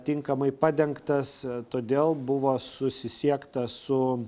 tinkamai padengtas todėl buvo susisiekta su